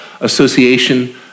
association